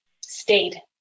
stayed